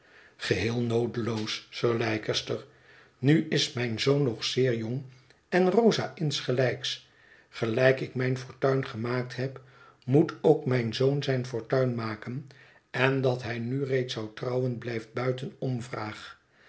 geheel noodeloos sir leicester nu is mijn zoon nog zeer jong en rosa ingelijks gelijk ik mijn fortuin gemaakt heb moet ook mijn zoon zijn fortuin maken en dat hij nu reeds zou trouwen blijft buiten omvraag